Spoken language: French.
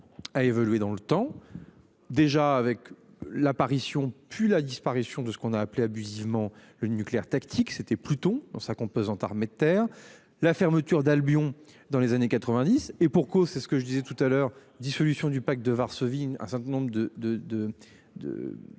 A évolué dans le temps. Déjà avec l'apparition puis la disparition de ce qu'on a appelé abusivement le nucléaire tactique, c'était plutôt dans sa composante armée de terre, la fermeture d'Albion dans les années 90. Et pour cause, c'est ce que je disais tout à l'heure. Dissolution du Pacte de Varsovie, un certain nombre de